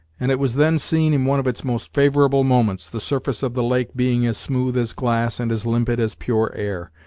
and it was then seen in one of its most favorable moments, the surface of the lake being as smooth as glass and as limpid as pure air,